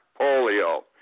polio